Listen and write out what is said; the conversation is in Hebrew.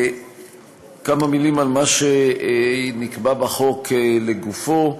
כמה מילים על מה שנקבע בחוק, לגופו.